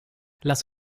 lass